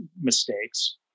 mistakes